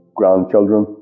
grandchildren